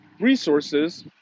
resources